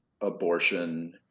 abortion